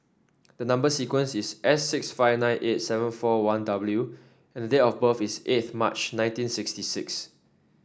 the number sequence is S six five nine eight seven four one W and date of birth is eighth March nineteen sixty six